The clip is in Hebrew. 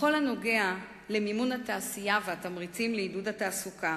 בכל הנוגע למימון התעשייה והתמריצים לעידוד התעסוקה